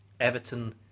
Everton